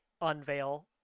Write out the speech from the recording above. unveil